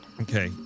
Okay